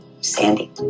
Sandy